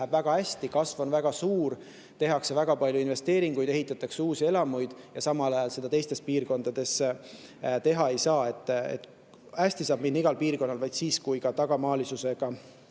väga hästi, kasv on väga suur, tehakse väga palju investeeringuid, ehitatakse uusi elamuid, ja samal ajal teistes piirkondades seda teha ei saa. Hästi saab minna igal piirkonnal vaid siis, kui ka tagamaa